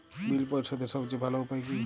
বিল পরিশোধের সবচেয়ে ভালো উপায় কী?